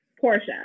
portia